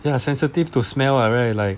ya sensitive to smell like right like